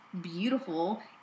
beautiful